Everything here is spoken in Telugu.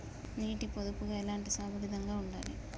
నీటి పొదుపుగా ఎలాంటి సాగు విధంగా ఉండాలి?